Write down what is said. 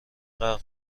غرق